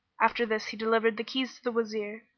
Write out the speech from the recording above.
after this he delivered the keys to the wazir,